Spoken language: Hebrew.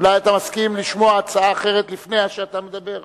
אולי אתה מסכים לשמוע הצעה אחרת לפני שאתה מדבר.